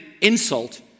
insult